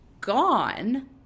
gone